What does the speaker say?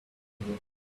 you